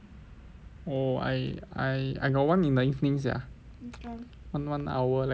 oh I I I got [one] in the evening sia one one hour lecture